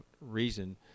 reason